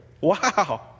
wow